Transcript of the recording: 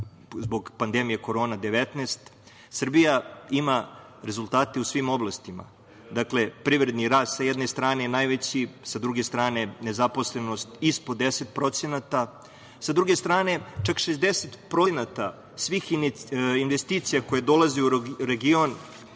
zbog pandemije Kovid-19, Srbija ima rezultate u svim oblastima, dakle, privredni rast, sa jedne strane je najveći, sa druge strane nezaposlenost ispod 10%, sa druge strane, čak 60% svih investicija koje dolaze u region